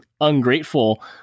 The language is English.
ungrateful